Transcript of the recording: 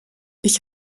ich